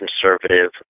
conservative